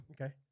Okay